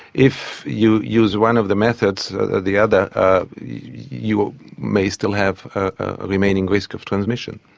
if you use one of the methods or the other you may still have a remaining risk of transmission.